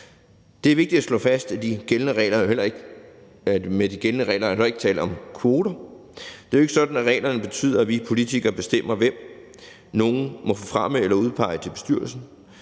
Det er vigtigt at slå fast, at der med de gældende regler heller ikke er tale om kvoter. Det er jo ikke sådan, at reglerne betyder, at vi politikere bestemmer, hvem nogen må fremme eller udpege til bestyrelsen.